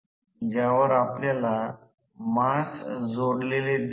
तर येथे तो पुन्हा 1 दर्शविला गेला नाही